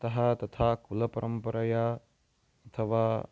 अतः तथा कुलपरम्परया अथवा